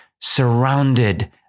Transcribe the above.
surrounded